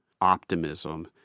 optimism